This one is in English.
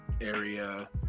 area